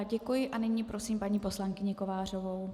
Děkuji a nyní prosím paní poslankyni Kovářovou.